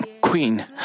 queen